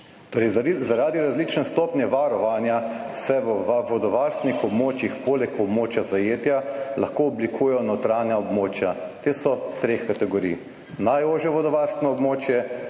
zaradi različne stopnje varovanja se v vodovarstvenih območjih poleg območja zajetja lahko oblikujejo notranja območja. Te so treh kategorij: najožje vodovarstveno območje,